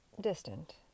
Distant